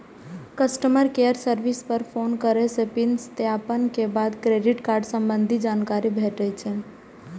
customer care service पर phone करै सं पिन सत्यापन के बाद क्रेडिट कार्ड संबंधी जानकारी भेटै छै